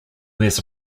wears